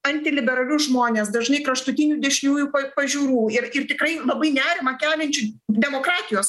antiliberalius žmones dažnai kraštutinių dešiniųjų pažiūrų ir ir tikrai labai nerimą keliančių demokratijos